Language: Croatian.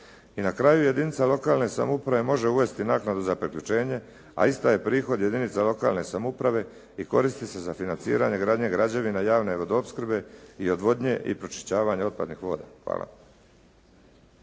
I na kraju, jedinica lokalne samouprave može uvesti naknadu za priključenje a ista je prihod jedinica lokalne samouprave i koristi se za financiranje i gradnju građevina javne vodoopskrbe i odvodnje i pročišćavanje otpadnih voda. Hvala.